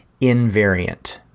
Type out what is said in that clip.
invariant